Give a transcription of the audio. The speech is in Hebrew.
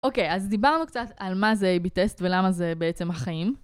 אוקיי, אז דיברנו קצת על מה זה איי בי טסט ולמה זה בעצם החיים.